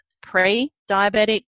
pre-diabetic